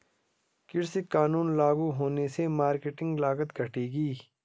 कृषि कानून लागू होने से मार्केटिंग लागत घटेगी